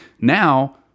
Now